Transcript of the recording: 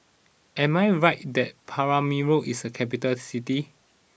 am I right that Paramaribo is a capital city